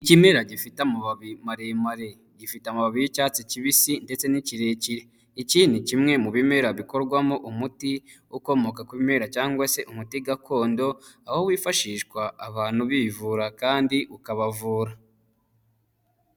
Ikimera gifite amababi maremare gifite amababi y'icyatsi kibisi ndetse ni kirekire, iki ni kimwe mu bimera bikorwamo umuti ukomoka ku bimera cyangwa se umuti gakondo, aho wifashishwa abantu bivura kandi ukabavura.